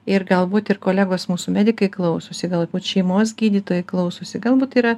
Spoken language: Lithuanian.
ir galbūt ir kolegos mūsų medikai klausosi galbūt šeimos gydytojai klausosi galbūt yra